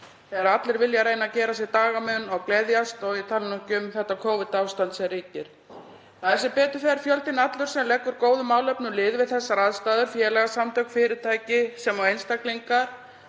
þegar allir vilja reyna að gera sér dagamun og gleðjast og ég tala nú ekki um þetta Covid-ástand sem ríkir. Það er sem betur fer fjöldinn allur sem leggur góðum málefnum lið við þessar aðstæður, félagasamtök, fyrirtæki sem einstaklingar,